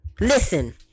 Listen